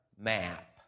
map